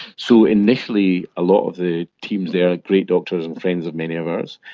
so, initially a lot of the teams there, great doctors and friends of many of ours,